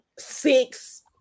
Six